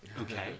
Okay